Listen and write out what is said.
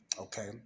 Okay